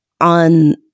on